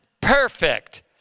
perfect